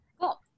cool